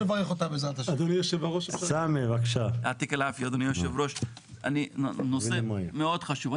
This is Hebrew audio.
נושא מאוד חשוב.